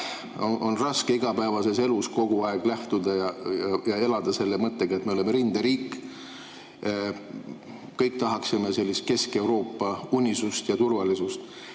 On raske igapäevases elus kogu aeg lähtuda sellest ja elada selle mõttega, et me oleme rinderiik. Kõik tahaksime sellist Kesk-Euroopa unisust ja turvalisust